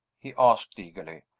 he asked eagerly.